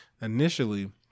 initially